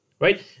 right